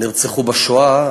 נרצחו בשואה,